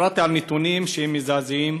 קראתי נתונים מזעזעים: